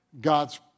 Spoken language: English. God's